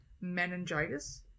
Meningitis